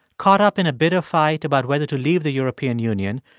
caught up in a bitter fight about whether to leave the european union,